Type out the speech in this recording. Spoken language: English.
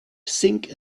sink